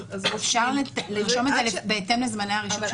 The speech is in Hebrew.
אז אפשר --- זה בהתאם לזמני הרישום של